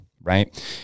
Right